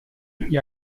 gli